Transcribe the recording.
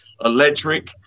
electric